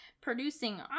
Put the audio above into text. producing